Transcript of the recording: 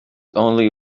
only